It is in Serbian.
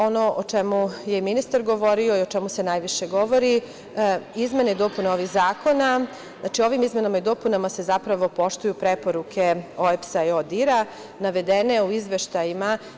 Ono o čemu je ministar govorio i o čemu se najviše govori, izmene i dopune ovih zakona, znači ovim izmenama i dopunama se zapravo poštuju preporuke OEBS-a i ODIR-a, navedene u izveštajima.